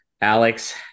Alex